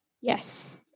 Yes